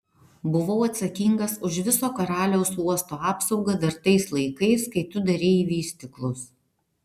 buvau atsakingas už viso karaliaus uosto apsaugą dar tais laikais kai tu darei į vystyklus